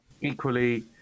equally